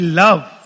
love